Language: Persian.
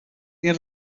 این